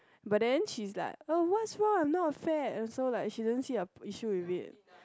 but then she is like oh what's wrong I am not fat also like she don't see a issue with it